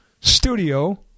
studio